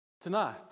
tonight